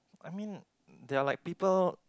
I mean there are like people